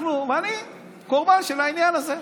אני קורבן של העניין הזה.